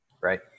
Right